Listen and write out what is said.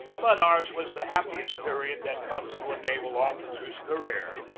but ours was the happiest period that comes to a naval officer's career.